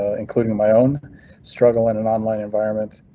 ah including my own struggle in an online environment.